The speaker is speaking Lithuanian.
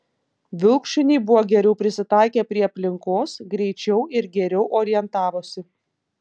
vilkšuniai buvo geriau prisitaikę prie aplinkos greičiau ir geriau orientavosi